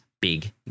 big